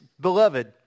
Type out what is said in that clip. beloved